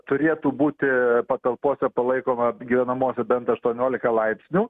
turėtų būti patalpose palaikoma gyvenamose bent aštuoniolika laipsnių